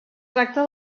tracta